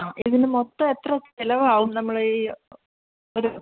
ആ ഇതിന് മൊത്തം എത്ര ചെലവാകും നമ്മൾ ഈ ഒരു